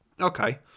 Okay